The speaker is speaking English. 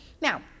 now